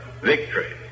Victory